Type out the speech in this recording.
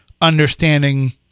understanding